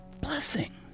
Blessing